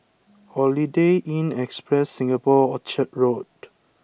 Holiday Inn Express Singapore Orchard Road